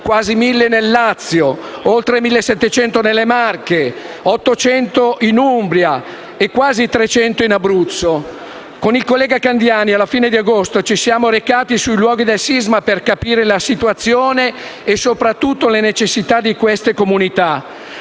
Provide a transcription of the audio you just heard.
quasi 1.000 nel Lazio, oltre 1.700 nelle Marche, 800 in Umbria e quasi 300 in Abruzzo. Con il collega Candiani alla fine di agosto ci siamo recati sui luoghi del sisma per capire la situazione e soprattutto le necessità di queste comunità.